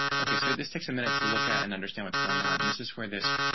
okay, so this takes a minute to look at and understand what's going on. and this is where this